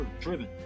driven